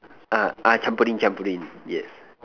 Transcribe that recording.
ah I trampoline trampoline yes